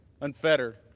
unfettered